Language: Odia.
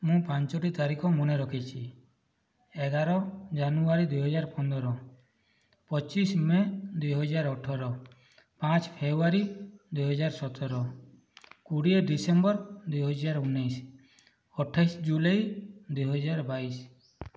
ମୁଁ ପାଞ୍ଚଟି ତାରିଖ ମନେରଖିଛି ଏଗାର ଜାନୁଆରୀ ଦୁଇହଜାର ପନ୍ଦର ପଚିଶ ମେ' ଦୁଇହଜାର ଅଠର ପାଞ୍ଚ ଫେବୃଆରୀ ଦୁଇହଜାର ସତର କୋଡ଼ିଏ ଡିସେମ୍ବର ଦୁଇହଜାର ଉଣେଇଶ ଅଠେଇଶ ଜୁଲାଇ ଦୁଇହଜାର ବାଇଶ